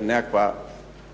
nekakva